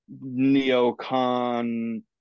neocon